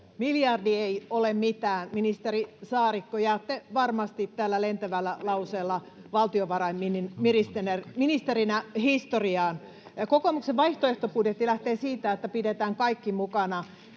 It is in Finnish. ”Miljardi ei ole mitään.” Ministeri Saarikko, jäätte varmasti tällä lentävällä lauseella valtiovarainministerinä historiaan. Kokoomuksen vaihtoehtobudjetti lähtee siitä, että pidetään kaikki mukana.